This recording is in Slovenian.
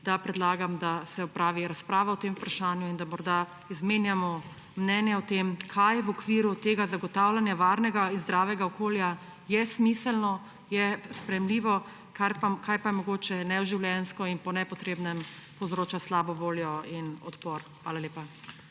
da predlagam, da se opravi razprava o tem vprašanju in da morda izmenjamo mnenja o tem, kaj v okviru tega zagotavljanja varnega in zdravega okolja je smiselno, je sprejemljivo, kaj pa je mogoče neživljenjsko in po nepotrebnem povzroča slabo voljo in odpor. Hvala lepa.